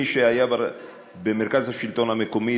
מי שהיה במרכז השלטון המקומי,